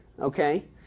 okay